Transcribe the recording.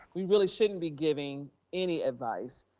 we really shouldn't be giving any advice.